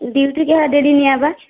duty କିଆଁ ଡେରି ନାଇଁ ଆଇବା